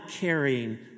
carrying